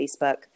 Facebook